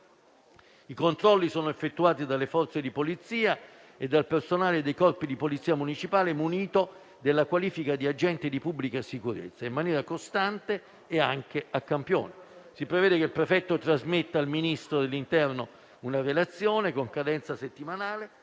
I controlli sono effettuati dalle Forze di polizia e dal personale dei Corpi di polizia municipale munito della qualifica di agente di pubblica sicurezza, in maniera costante e anche a campione. Si prevede che il prefetto trasmetta al Ministro dell'interno una relazione, con cadenza settimanale,